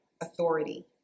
authority